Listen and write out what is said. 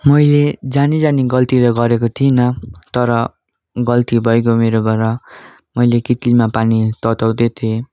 मैले जानी जानी गल्ती त गरेको थिइनँ तर गल्ती भइगयो मेरोबाट मैले कित्लीमा पानी तताउँदै थिएँ